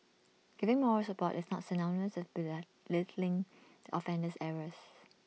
giving moral support is not synonymous with belay offender's errors